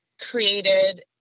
created